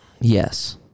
Yes